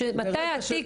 מתי התיק?